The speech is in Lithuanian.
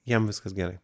jam viskas gerai